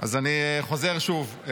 אז אני חוזר שוב.